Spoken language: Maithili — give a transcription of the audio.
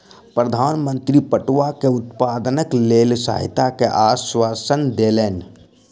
प्रधान मंत्री पटुआ के उत्पादनक लेल सहायता के आश्वासन देलैन